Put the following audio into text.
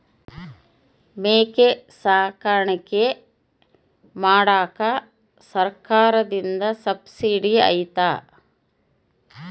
ಮೇಕೆ ಸಾಕಾಣಿಕೆ ಮಾಡಾಕ ಸರ್ಕಾರದಿಂದ ಸಬ್ಸಿಡಿ ಐತಾ?